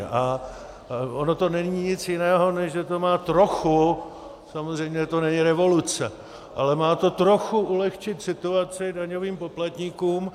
A ono to není nic jiného, než že to má trochu samozřejmě to není revoluce ale má to trochu ulehčit situaci daňovým poplatníkům.